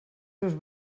seus